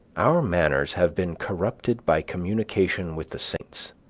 our manners have been corrupted by communication with the saints.